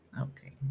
Okay